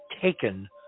taken